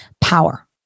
power